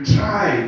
try